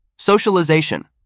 Socialization